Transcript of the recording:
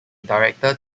director